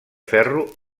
ferro